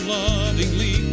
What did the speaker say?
lovingly